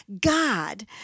God